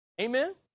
Amen